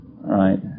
right